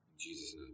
Jesus